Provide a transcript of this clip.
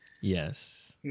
Yes